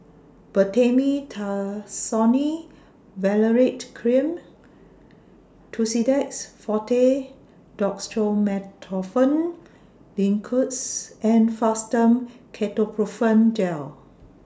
Betamethasone Valerate Cream Tussidex Forte Dextromethorphan Linctus and Fastum Ketoprofen Gel